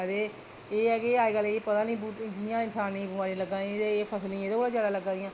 ते एह् ऐ की अजकल पता निं जि'यां इन्सान गी बमारियां लग्गा दियां ते इन्सान गी एह्दे कोला जैदा लग्गा दियां